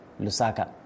Lusaka